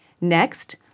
Next